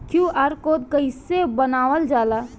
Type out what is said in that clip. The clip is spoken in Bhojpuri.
क्यू.आर कोड कइसे बनवाल जाला?